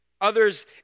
Others